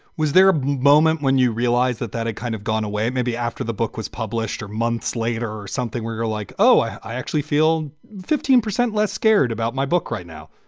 was there a moment when you realized that that it kind of gone away? maybe after the book was published or months later or something where you're like, oh, i actually feel fifteen percent less scared about my book right now